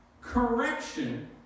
correction